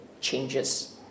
changes